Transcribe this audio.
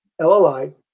LLI